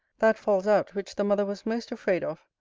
that falls out which the mother was most afraid of,